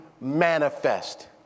manifest